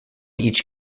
each